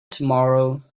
tomorrow